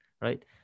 right